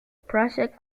project